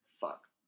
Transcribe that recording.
fuck